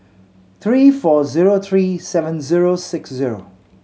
three four zero three seven zero six zero